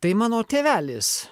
tai mano tėvelis